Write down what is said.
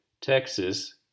Texas